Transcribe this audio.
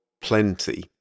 plenty